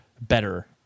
better